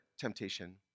temptation